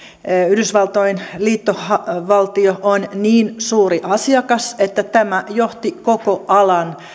yhdysvaltain liittovaltio on niin suuri asiakas että tämä johti koko alan